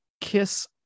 Kiss